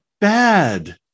bad